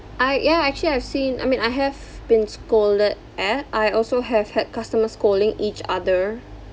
I ya actually I've seen I mean I have been scolded at I also have had customers scolding each other